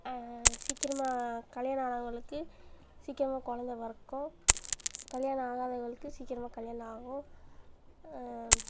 சீக்கிரமாக கல்யாணம் ஆனவங்களுக்கு சீக்கிரமாக குழந்த பிறக்கும் கல்யாணம் ஆகாதவங்களுக்கு சீக்கிரமாக கல்யாணம் ஆகும்